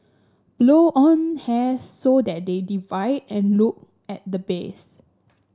blow on hairs so that they divide and look at the base